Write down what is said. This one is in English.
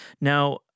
Now